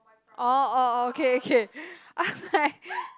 orh orh orh okay okay I'm like